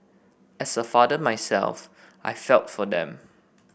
as a father myself I felt for them